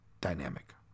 dynamic